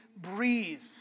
breathe